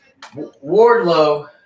Wardlow